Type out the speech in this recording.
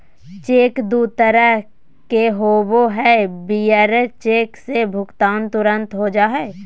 cheque दू तरह के होबो हइ, बियरर चेक से भुगतान तुरंत हो जा हइ